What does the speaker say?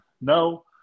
No